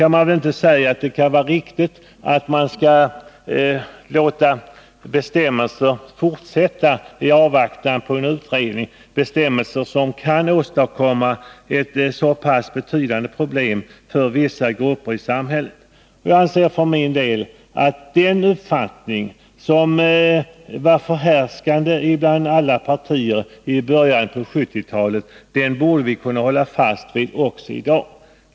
Nu kan det inte vara riktigt att låta bestämmelser fortsätta att gälla i avvaktan på en utredning — bestämmelser som kan åstadkomma så pass betydande problem för vissa grupper i samhället. Jag anser för min del att vi också i dag borde kunna hålla fast vid den uppfattning som var förhärskande i alla partier i början av 1970-talet.